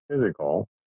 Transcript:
physical